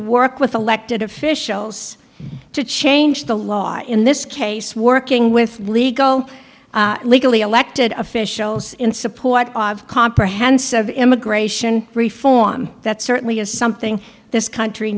work with elected officials to change the law in this case working with legal legally elected officials in support of comprehensive immigration reform that certainly is something this country